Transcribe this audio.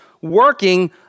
working